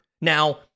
Now